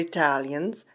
Italians